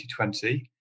2020